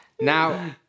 Now